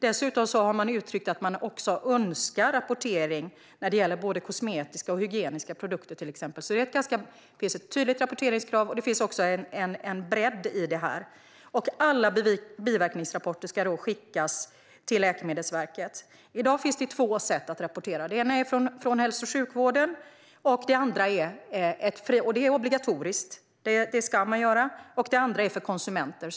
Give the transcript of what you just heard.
Dessutom har man uttryckt att man också önskar rapportering till exempel när det gäller både kosmetiska och hygieniska produkter. Det finns ett tydligt rapporteringskrav, och det finns också en bredd i det här. Alla biverkningsrapporter ska skickas till Läkemedelsverket. Det är obligatoriskt för hälso och sjukvården och frivilligt för konsumenter.